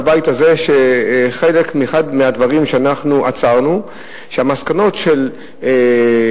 בבית הזה: אחד מהדברים שאנחנו עצרנו היה שלפי המסקנות של הוועדה,